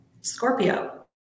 Scorpio